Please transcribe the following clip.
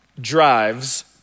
drives